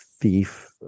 thief